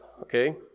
Okay